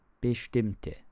Bestimmte